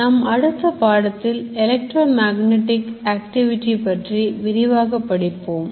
நாம் அடுத்த பாடத்தில் எலக்ட்ரோ மேக்னடிக் ஆக்டிவிட்டி பற்றி விரிவாகப் படிப்போம்